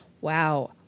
Wow